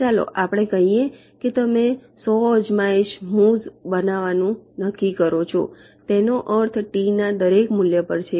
ચાલો આપણે કહીએ કે તમે 100 અજમાયશ મૂવ્સ બનાવવાનું નક્કી કરો છો તેનો અર્થ ટી ના દરેક મૂલ્ય પર છે